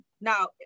Now